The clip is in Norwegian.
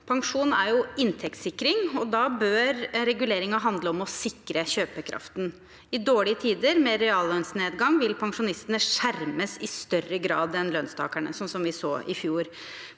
Pensjon er inntektssikring, og da bør reguleringen handle om å sikre kjøpekraften. I dårlige tider med reallønnsnedgang vil pensjonistene skjermes i større grad enn lønnstakerne, slik vi så i fjor.